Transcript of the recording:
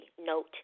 note